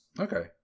Okay